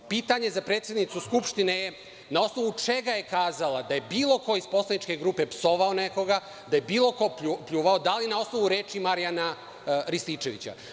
Pitanje za predsednicu Skupštine je – na osnovu čega je kazala da je bilo ko iz Poslaničke grupe psovao nekoga, da je bilo ko pljuvao nekoga, da li na osnovu reči Marijana Rističevića?